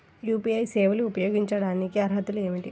UPI సేవలు ఉపయోగించుకోటానికి అర్హతలు ఏమిటీ?